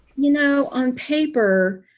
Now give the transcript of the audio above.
you know, on paper,